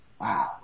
Wow